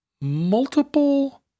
multiple